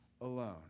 alone